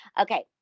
Okay